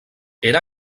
era